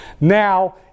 Now